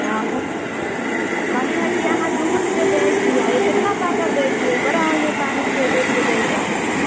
हाँ कहलीहँ कि अहाँ दूध जे दै छियै केतना पातर दै छियै बड़ा ओइमे पानि फेट उट के दैत रहली